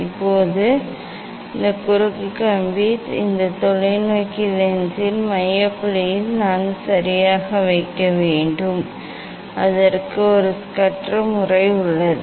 இப்போது இப்போது இந்த குறுக்கு கம்பி இந்த தொலைநோக்கி லென்ஸின் மைய புள்ளியில் நான் சரியாக வைக்க வேண்டும் அதற்கு ஒரு ஸ்கஸ்டர் முறை உள்ளது